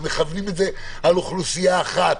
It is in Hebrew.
ומכוונים את זה על אוכלוסייה אחת,